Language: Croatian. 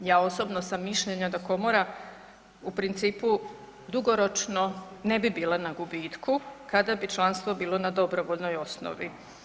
Ja osobno sam mišljenja da komora u principu dugoročno ne bi bila na gubitku kada bi članstvo bilo na dobrovoljnoj osnovi.